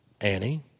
Annie